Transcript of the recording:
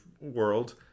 World